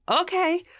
okay